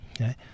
okay